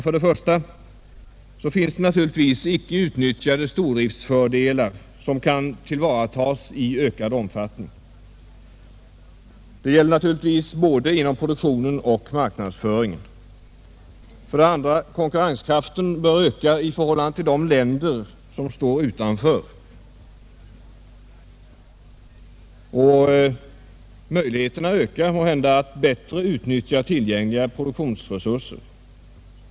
För det första finns naturligtvis ej utnyttjade stordriftsfördelar som kan tillvaratas i ökad omfattning. Det gäller självfallet både inom produktionen och marknadsföringen. För det andra bör konkurrenskraften öka i förhållande till de länder som står utanför. Möjligheterna ökar måhända att bättre utnyttja tillgängliga produktionsresurser.